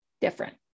different